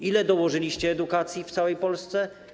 Ile dołożyliście na edukację w całej Polsce?